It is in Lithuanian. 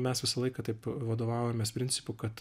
mes visą laiką taip vadovavomės principu kad